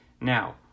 Now